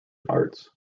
arts